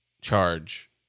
charge